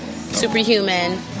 Superhuman